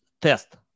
test